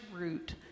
route